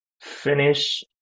finish